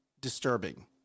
disturbing